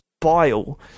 bile